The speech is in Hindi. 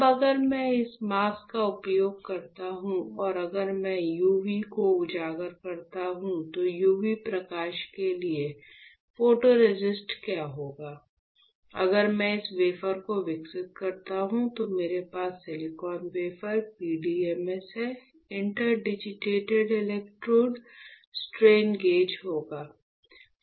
अब अगर मैं इस मास्क का उपयोग करता हूं और अगर मैं UV को उजागर करता हूं तो UV प्रकाश के लिए फोटोरेसिस्ट क्या होगा अगर मैं इस वेफर को विकसित करता हूं तो मेरे पास silicon wafer PDMS interdigitated electrode strain gauge होगा